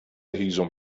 هیزم